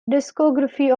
discography